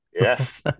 Yes